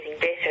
better